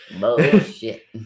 bullshit